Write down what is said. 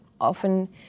Often